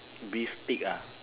beef steak ah